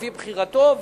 לפי בחירתו,